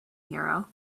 hero